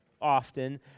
often